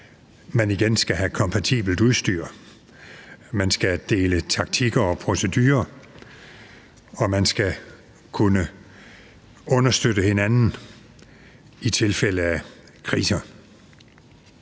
igen skal have kompatibelt udstyr, at man skal dele taktikker og procedurer, og at man skal kunne understøtte hinanden i tilfælde af kriser.